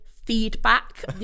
feedback